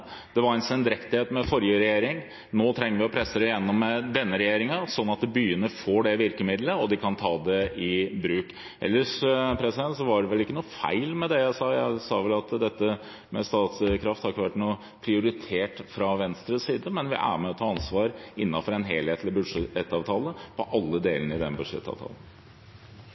denne regjeringen slik at byene får det virkemiddelet og kan ta det i bruk. Ellers var det ikke feil i det jeg sa. Jeg sa at Statkraft ikke har vært prioritert fra Venstres side, men vi er med og tar ansvar innenfor en helhetlig budsjettavtale for alle